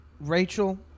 Rachel